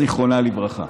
זיכרונה לברכה.